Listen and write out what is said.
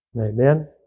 Amen